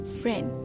friend